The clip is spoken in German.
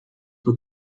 vor